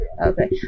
okay